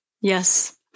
Yes